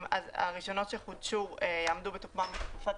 אז הרישיונות שחודשו עמדו בתוקפם בתקופת